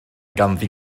ganddi